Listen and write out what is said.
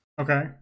Okay